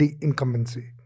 incumbency